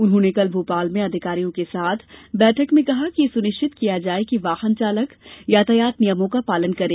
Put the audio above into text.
उन्होंने कल भोपाल में अधिकारियों के साथ बैठक में कहा कि यह सुनिश्चित किया जाये कि वाहन चालक यातायात नियमों का पालन करें